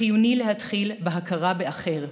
חיוני להתחיל בהכרה באחר.